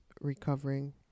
recovering